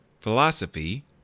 Philosophy